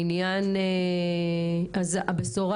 הבשורה